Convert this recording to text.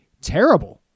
terrible